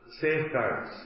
safeguards